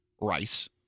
rice